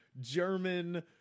German